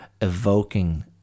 evoking